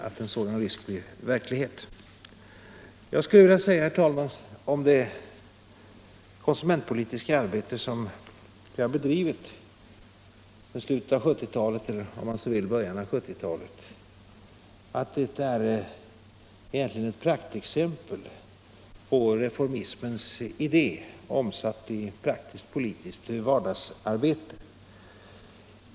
Herr talman! Det konsumentpolitiska arbete som vi har bedrivit sedan början av 1970-talet är egentligen ett praktexempel på reformismens idé omsatt i praktiskt-politiskt vardagsarbete.